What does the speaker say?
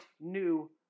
new